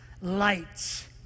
lights